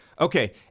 Okay